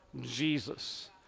Jesus